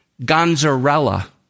Gonzarella